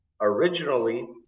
Originally